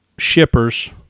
shippers